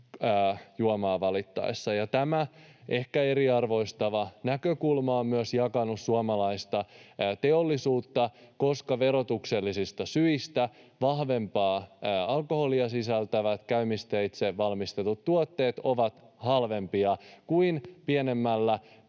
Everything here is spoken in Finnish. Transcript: juomaa valittaessa. Tämä ehkä eriarvoistava näkökulma on myös jakanut suomalaista teollisuutta, koska verotuksellisista syistä vahvempaa alkoholia sisältävät käymisteitse valmistetut tuotteet ovat halvempia kuin pienemmällä